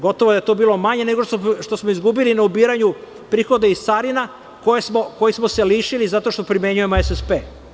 Gotovo da je to bilo manje, nego što smo izgubili na ubiranju prihoda iz carina, kojih smo se lišili zato što primenjujemo SSP.